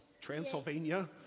Transylvania